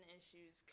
issues